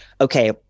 okay